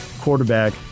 quarterback